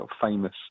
famous